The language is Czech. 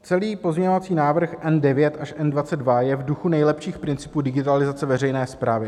Celý pozměňovací návrh N9 až N22 je v duchu nejlepších principů digitalizace veřejné správy.